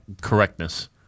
correctness